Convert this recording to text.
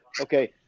okay